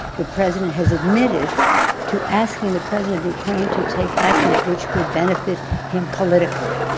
the president has admitted to asking the president of ukraine to take actions which would benefit him politically.